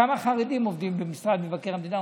כמה חרדים עובדים במשרד מבקר המדינה.